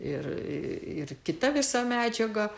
ir ir kita visa medžiaga